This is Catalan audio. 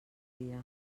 dia